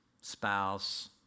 spouse